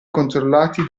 controllati